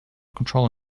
control